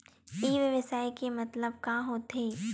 ई व्यवसाय के मतलब का होथे?